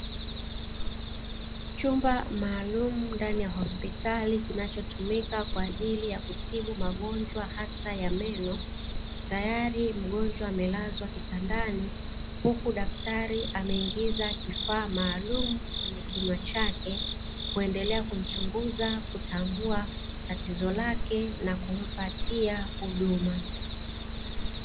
Chumba maalumu ndani ya hospitali kinacho tumika kwa ajili ya kutibu magonjwa hasa ya meno, tayari mgonjwa amelazwa kitandani huku daktari ameingiza kifaa maalumu kwenye kinywa chake kuendele kumchunguza kutambua tatizo lake na kumpatia huduma.